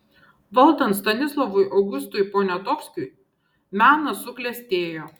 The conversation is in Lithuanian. valdant stanislovui augustui poniatovskiui menas suklestėjo